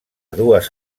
dues